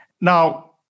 Now